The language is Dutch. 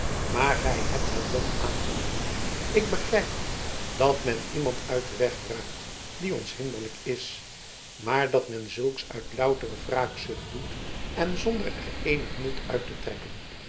maar gij hebt het dom aangelegd ik begrijp dat men iemand uit den weg ruimt die ons hinderlijk is maar dat men zulks uit loutere wraakzucht doet en zonder er eenig nut uit te trekken